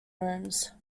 rooms